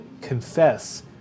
confess